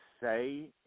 say